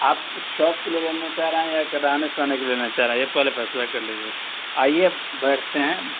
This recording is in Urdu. آپ شوق کے لیے لینا چاہ رہے ہیں یا کہ رہنے سہنے کے لیے لینا چاہ رہے ہیں یہ پہلے فیصلہ کرلیجیے آئیے بیٹھتے ہیں